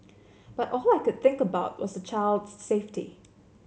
but all I could think about was child's safety